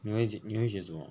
你会你会选什么